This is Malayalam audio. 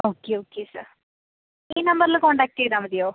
ഓക്കെ ഓക്കെ സാർ ഈ നമ്പറില് കോണ്ടാക്ട് ചെയ്താൽ മതിയോ